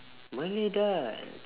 malay dance